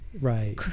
right